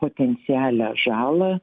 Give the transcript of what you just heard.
potencialią žalą